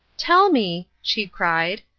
tell me, she cried,